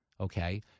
okay